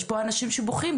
יש פה אנשים שבוכים,